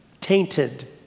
tainted